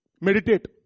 Meditate